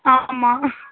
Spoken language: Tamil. ஆ ஆமாம்